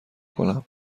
کنم